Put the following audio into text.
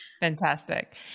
Fantastic